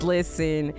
Listen